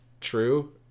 true